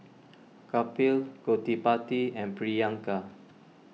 Kapil Gottipati and Priyanka